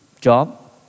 job